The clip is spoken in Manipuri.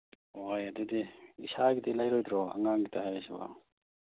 ꯍꯣꯏ ꯑꯗꯨꯗꯤ ꯏꯁꯥꯒꯤꯗꯤ ꯂꯩꯔꯣꯏꯗ꯭ꯔꯣ ꯑꯉꯥꯡꯒꯤꯗ ꯍꯥꯏꯔꯤꯁꯤꯕꯣ